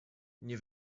nie